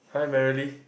hi Merrily